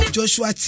Joshua